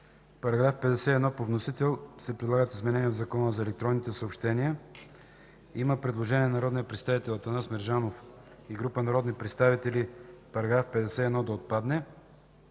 В § 51 по вносител са предлагат изменения в Закона за електронните съобщения. Има предложение от народния представител Атанас Мерджанов и група народни представители § 51 да отпадне.